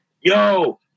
yo